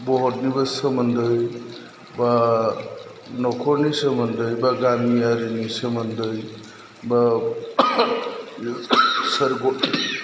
भट निबो सोमोन्दै बा नखरनि सोमोन्दै बा गामियारिनि सोमोन्दै बा सोर